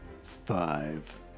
five